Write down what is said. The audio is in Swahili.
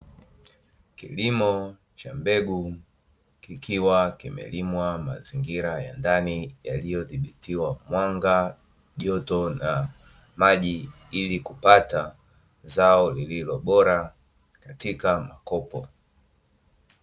Kilimo cha mbegu kikiwa kimelimwa mazingira ya ndani yaliyo dhibitiwa mwanga, joto na maji ili kupata zao lililo bora katika makopo.